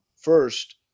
First